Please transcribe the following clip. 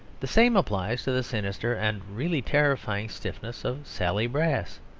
the same applies to the sinister and really terrifying stiffness of sally brass.